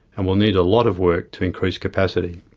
and will need a lot of work to increase capacity.